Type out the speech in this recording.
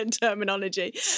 terminology